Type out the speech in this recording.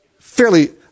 fairly